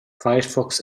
firefox